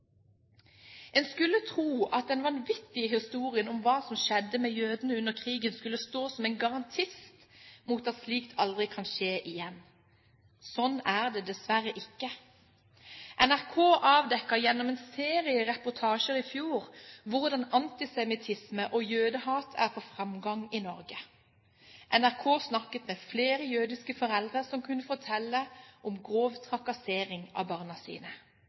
En skulle tro at den vanvittige historien om hva som skjedde med jødene under krigen, skulle stå som en garantist mot at slikt aldri kan skje igjen. Sånn er det dessverre ikke. NRK avdekket gjennom en serie reportasjer i fjor hvordan antisemittisme og jødehat er på framgang i Norge. NRK snakket med flere jødiske foreldre, som kunne fortelle om grov trakassering av barna sine.